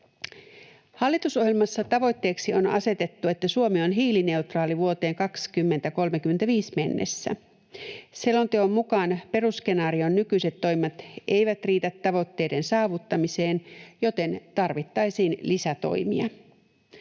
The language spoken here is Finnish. Hallitusohjelmassa tavoitteeksi on asetettu, että Suomi on hiilineutraali vuoteen 2035 mennessä. Selonteon mukaan perusskenaarion nykyiset toimet eivät riitä tavoitteiden saavuttamiseen, joten tarvittaisiin lisätoimia.